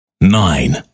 Nine